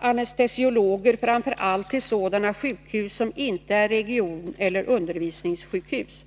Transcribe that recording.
anestesiologer framför allt till sådana sjukhus som inte är regioneller undervisningssjukhus.